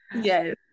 Yes